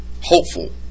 hopeful